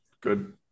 good